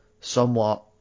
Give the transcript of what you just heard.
somewhat